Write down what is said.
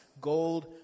gold